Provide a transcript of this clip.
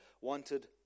wanted